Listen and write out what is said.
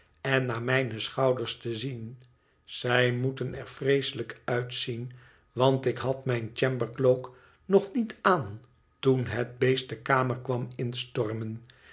en naar mijne schouders te zien zij moeten er vreeselijk uitzien want ik had mijn chambercloak nog niet aan toen het beest de kamer kwam instormen